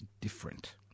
different